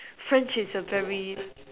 French is a very